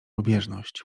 lubieżność